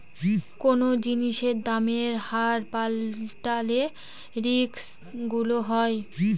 কোনো জিনিসের দামের হার পাল্টালে রিস্ক গুলো হয়